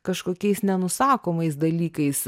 kažkokiais nenusakomais dalykais